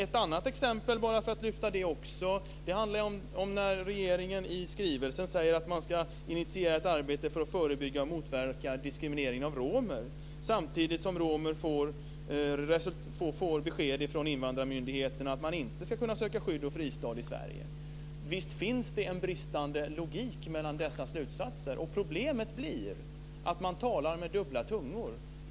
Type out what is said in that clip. Ett annat exempel, för att lyfta fram det också, handlar om när regeringen i skrivelsen säger att man ska initiera ett arbete för att förebygga och motverka diskriminering av romer samtidigt som romer får besked från Invandrarmyndigheten att man inte ska kunna söka skydd och fristad i Sverige. Visst finns det brister i logiken mellan dessa slutsatser, och problemet blir att man talar med dubbla tungor.